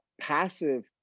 passive